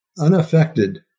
unaffected